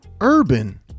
urban